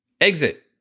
exit